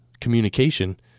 communication